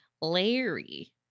Larry